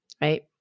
right